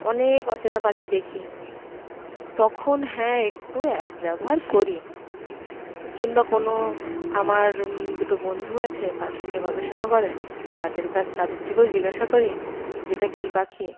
অনেক অচেনা পাখি দেখি তখন হ্যাঁ একটু অ্যাপস ব্যবহার করি কিংবা কোনো আমার দুটো বন্ধু আছে পাখি নিয়ে গবেষণা করে তাদের কা তাদের থেকেও জিজ্ঞাসা করি যে এটা কী পাখি